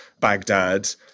Baghdad